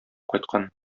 кайткан